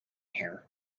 here